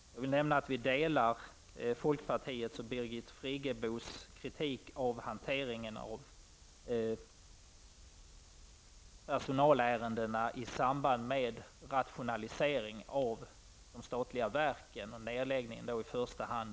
Jag kan nämna att vi delar folkpartiets och Birgit Friggebos kritik av hanteringen av personalärendena i samband med rationaliseringen av de statliga verken, i första hand nedläggningen av SÖ. Fru talman!